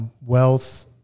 wealth